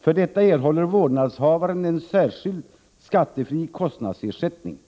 För detta erhåller vårdnadshavaren en särskild skattefri kostnadsersättning.